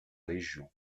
région